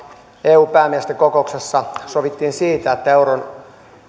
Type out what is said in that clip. eun päämiesten kokouksessa sovittiin siitä että